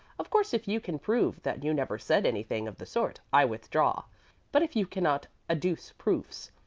of course if you can prove that you never said anything of the sort, i withdraw but if you cannot adduce proofs,